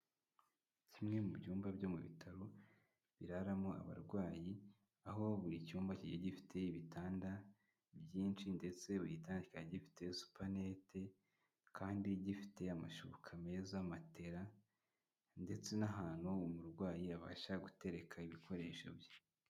Kimwe mu byumba byo mu bitaro biraramo abarwayi, aho buri cyumba kigiye gifite ibitanda byinshi ndetse buri gitanda kikaba gifite supanete kandi gifite amashuka meza, matela ndetse n'ahantu umurwayi abasha gutereka ibikoresho bye.